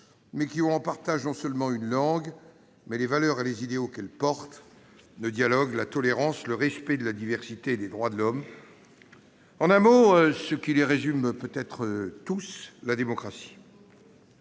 mais qui ont en partage non seulement une langue, mais aussi les valeurs et les idéaux qu'elle porte : la tolérance, le dialogue, le respect de la diversité et des droits de l'homme. Un mot les résume peut-être tous : la démocratie